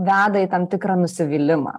veda į tam tikrą nusivylimą